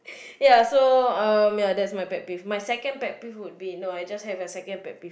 ya so um ya that's my pet peeve my second pet peeve would be no I just had my second pet peeve